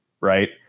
right